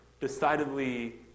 decidedly